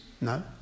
No